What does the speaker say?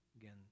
Again